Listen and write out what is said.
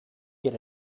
get